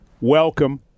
welcome